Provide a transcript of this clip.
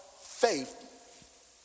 faith